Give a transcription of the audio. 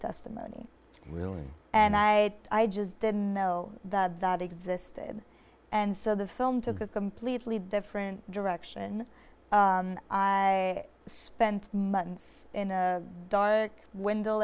testimony really and i i just didn't know that existed and so the film took a completely different direction i spent months in a dark wind